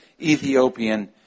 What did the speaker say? Ethiopian